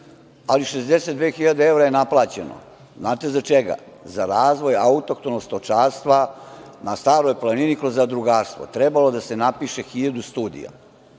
ali 62.000 evra je naplaćeno. Znate za čega? Za razvoj autohtonog stočarstva na Staroj planini kroz zadrugarstvo. Trebalo je da se napiše 1.000 studija.